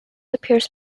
appears